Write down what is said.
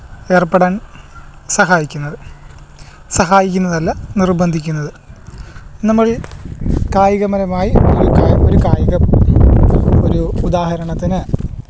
ഏര്പ്പെടാന് സഹായിക്കുന്നത് സാഹയിക്കുന്നതല്ല നിര്ബന്ധിക്കുന്നത് നമ്മൾ കായികപരമായി ഒരു കായികം ഒരൂ ഉദാഹരണത്തിന്